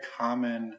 common